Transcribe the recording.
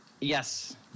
Yes